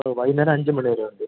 ഓ വൈകുന്നേരം അഞ്ച് മണി വരെ ഉണ്ട്